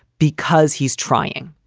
because he's trying.